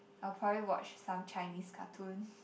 I'll probably watch some Chinese cartoon